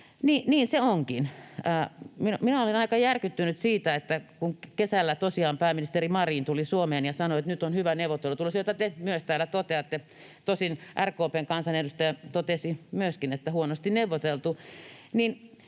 niin se onkin. Minä olen aika järkyttynyt siitä, että kun kesällä tosiaan pääministeri Marin tuli Suomeen ja sanoi, että nyt on hyvä neuvottelutulos — jota te myös täällä toteatte, tosin RKP:n kansanedustaja totesi myöskin, että huonosti neuvoteltu